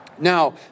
Now